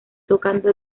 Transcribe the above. tocando